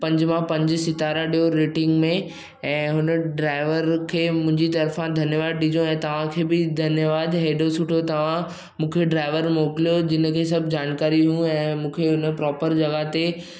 पंज मां पंज सितारा ॾियो रेटींग में ऐं हुन ड्रायवर खे मुंहिंजी तर्फ़ां धन्यवाद ॾिजो ऐं तव्हांखे बि धन्यवाद हेॾो सुठो तव्हां मूंखे ड्रायवर मोकिलियो जिनिखे सभु जानकारी हुई ऐं मूंखे हुन प्रोपर जॻहि ते